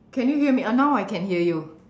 can you hear me uh now I can hear you